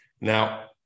Now